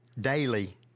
Daily